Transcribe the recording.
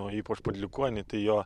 o ypač palikuonį tai jo